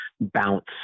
bounce